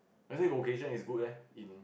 as it location is good leh in